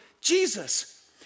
Jesus